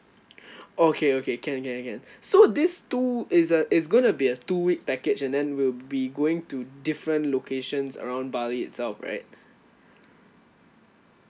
okay okay can can can so these two is a is gonna be a two week package and then we'll be going to different locations around bali itself right